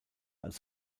als